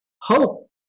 hope